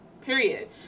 Period